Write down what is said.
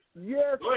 Yes